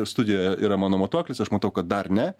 studijoje yra mano matuoklis aš matau kad dar ne